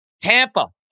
Tampa